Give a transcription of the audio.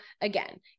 again